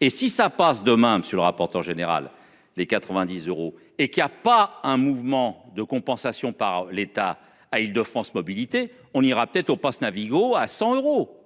Et si ça passe demain monsieur le rapporteur général. Les 90 euros et qu'il a pas un mouvement de compensation par l'État à Île-de-France mobilités on ira peut-être au Pass Navigo à 100 euros.